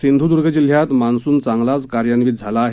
सिधूदुर्ग जिल्ह्यात मान्सून चांगलाच कार्यान्वित झाला आहे